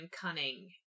cunning